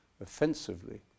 offensively